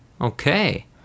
Okay